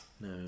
no